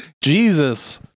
Jesus